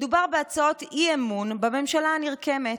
מדובר בהצעות אי-אימון בממשלה הנרקמת.